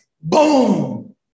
boom